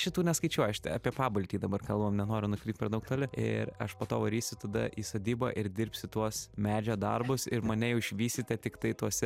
šitų neskaičiuoju aš apie pabaltijį dabar kalbam nenoriu nukrypt per daug toli ir aš po to varysiu tada į sodybą ir dirbsiu tuos medžio darbus ir mane jau išvysite tiktai tuose